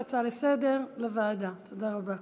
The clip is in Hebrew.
מי בעד ומי נגד העברת ההצעה כהצעה לסדר-היום לוועדת הבריאות,